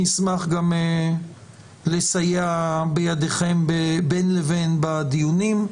אני אשמח גם לסייע בידיכם בין לבין בדיונים,